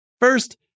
First